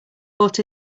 bought